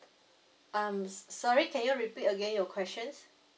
I'm sorry can you repeat again your questions